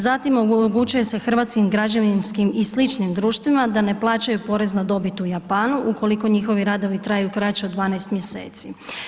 Zatim, omogućuje se hrvatskim građevinskim i sličnim društvima, da ne plaćaju porez na dobit u Japanu ukoliko njihovi radovi traju kraće od 12 mjeseci.